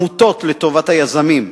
המוטות לטובת היזמים,